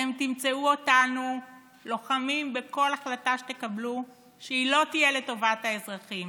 אתם תמצאו אותנו לוחמים בכל החלטה שתקבלו שלא תהיה לטובת האזרחים,